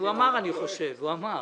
אני חושב שהוא אמר.